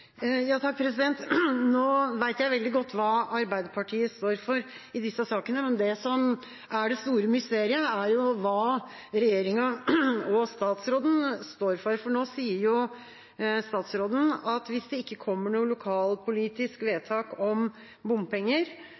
Nå vet jeg veldig godt hva Arbeiderpartiet står for i disse sakene. Men det som er det store mysteriet, er hva regjeringa og statsråden står for, for nå sier jo statsråden at hvis det ikke kommer noe lokalpolitisk vedtak om bompenger,